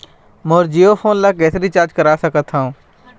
मोर Jio phone ला किसे recharge करा सकत हवं?